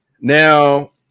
Now